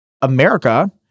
America